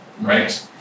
right